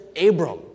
Abram